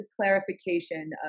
clarification